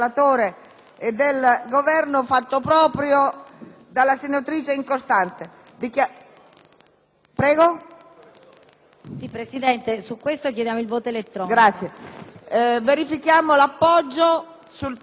dalla senatrice Incostante,